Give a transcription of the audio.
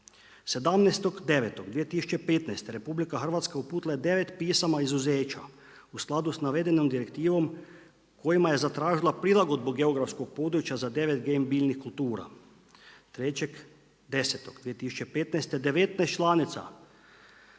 17.9.2015. RH uputila je 9 pisama izuzeća u skladu sa navedenom direktivom kojima je zatražila prilagodnu geografskog područja za 9 GMO biljnih kultura. 03.10.2015. 19 država